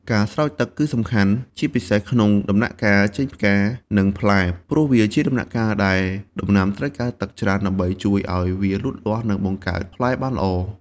ការស្រោចទឹកគឺសំខាន់ជាពិសេសក្នុងដំណាក់កាលចេញផ្កា និងផ្លែ ព្រោះវាជាដំណាក់កាលដែលដំណាំត្រូវការទឹកច្រើនដើម្បីជួយឲ្យវាលូតលាស់ និងបង្កើតផ្លែបានល្អ។